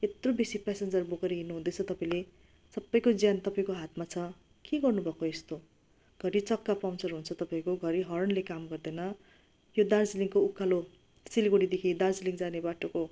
यत्रो बेसी पेसेन्जर बोकेर हिँड्नु हुँदैछ तपाईँले सबैको ज्यान तपाईँको हातमा छ के गर्नु भएको यस्तो घरी चक्का पङ्चर हुन्छ तपाईँको घरी हर्नले काम गर्दैन यो दार्जिलिङको उकालो सिलगडीदेखि दार्जिलिङ जाने बाटोको